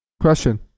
Question